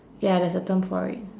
ya there's a term for it